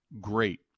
great